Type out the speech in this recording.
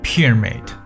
Pyramid